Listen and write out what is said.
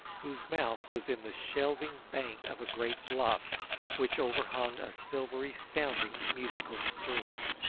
whose mouth was in the shelving bank of a great bluff which overhung a silvery-sounding musical stream.